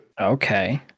Okay